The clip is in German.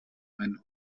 ein